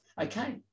Okay